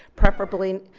preferably.